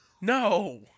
No